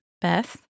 Beth